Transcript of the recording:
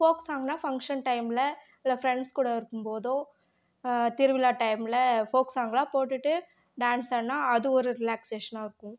folk சாங்குனா function டைமில் இல்லை ஃப்ரெண்ட்ஸ் கூட இருக்கும் போதோ திருவிழா டைமில் ஃபோக் சாங்குலாம் போட்டுகிட்டு டான்ஸ் ஆடினா அது ஒரு ரிலாக்ஸேஷனா இருக்கும்